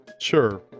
Sure